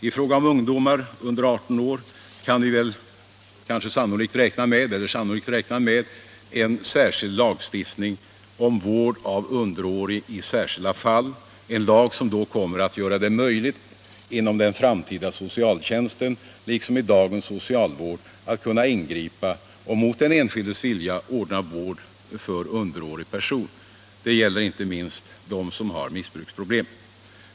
I fråga om ungdomar under 18 år kan vi sannolikt räkna med en särskild lagstiftning om vård av underårig i särskilda fall, en lag som då kommer att göra det möjligt inom den framtida socialtjänsten liksom i dagens socialvård att kunna ingripa och mot den enskildes vilja ordna vård för underårig person. Det gäller inte minst dem som har missbruksproblem.